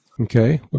Okay